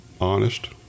Honest